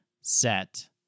set